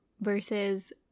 versus